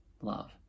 love